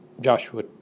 Joshua